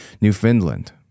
Newfoundland